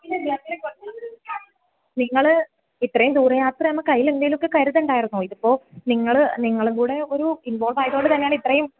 നിങ്ങൾ ഇത്രയും ദൂര യാത്രയാകുമ്പോൾ കയ്യിലെന്തെങ്കിലും ഒക്കെ കരുതണ്ടായിരുന്നോ ഇതിപ്പോൾ നിങ്ങൾ നിങ്ങളും കൂടി ഒരു ഇൻവോൾവ് ആയതു കൊണ്ടു തന്നെയാണ് ഇത്രയും